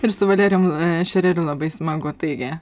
ir su valerijum šereliu labai smagu taigi